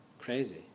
crazy